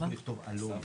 --- לכתוב עלון.